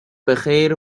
بخیر